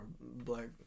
black